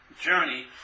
journey